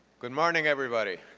good morning, everybody.